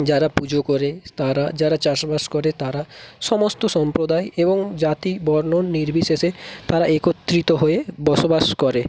যারা পুজো করে তারা যারা চাষবাস করে তারা সমস্ত সম্প্রদায় এবং জাতি বর্ণ নির্বিশেষে তারা একত্রিত হয়ে বসবাস করে